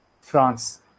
France